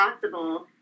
possible